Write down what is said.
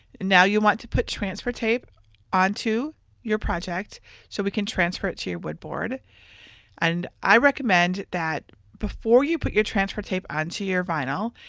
now you'll want to put transfer tape onto your project so we can transfer it to your wood board and i recommend that before you put your transfer tape onto your vinyl,